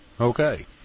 Okay